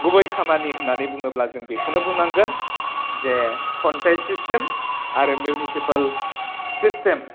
गुबै खामानि होन्नानै बुङोब्ला जों बेखौनो बुंनांगोन जे पन्सायत सिस्टेम आरो मिउनिसिपाल सिस्टेम